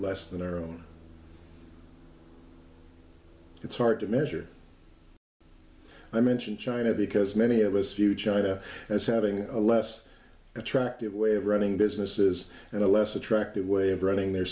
less than their own it's hard to measure i mention china because many of us few china as having a less attractive way of running businesses and a less attractive way of running their